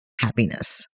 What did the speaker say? happiness